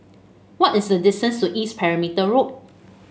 what is the distance to East Perimeter Road